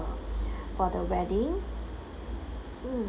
for the wedding mm